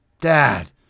Dad